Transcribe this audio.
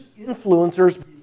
influencers